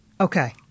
Okay